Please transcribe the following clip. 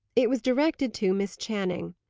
it was directed to miss channing.